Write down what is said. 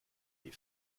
die